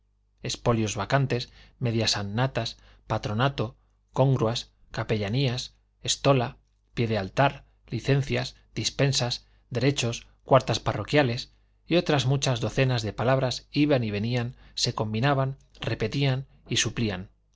espolios vacantes medias annatas patronato congruas capellanías estola pie de altar licencias dispensas derechos cuartas parroquiales y otras muchas docenas de palabras iban y venían se combinaban repetían y suplían